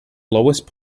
lowest